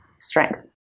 strength